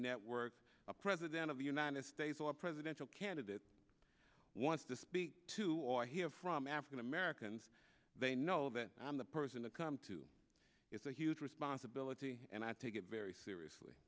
net work a president of the united states or a presidential candidate wants to speak to or hear from african americans they know that i'm the person to come to it's a huge responsibility and i take it very seriously